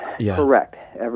correct